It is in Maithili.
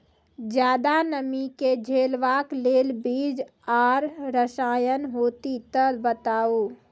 ज्यादा नमी के झेलवाक लेल बीज आर रसायन होति तऽ बताऊ?